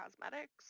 cosmetics